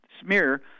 smear